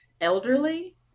elderly